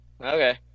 Okay